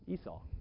Esau